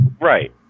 right